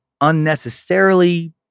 unnecessarily